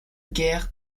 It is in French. guerre